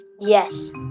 Yes